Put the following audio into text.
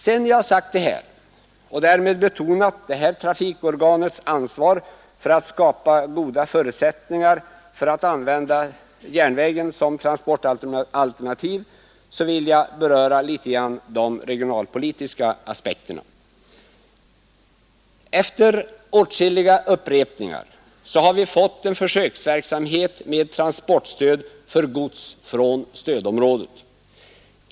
Sedan jag sagt detta och därmed betonat detta trafikorgans ansvar för att skapa goda förutsättningar för användning av järnvägen som transportalternativ, vill jag något beröra de regionalpolitiska aspekterna. Efter åtskilliga framställningar har vi fått en försöksverksamhet med transportstöd för gods från stödområdet.